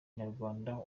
nyarwanda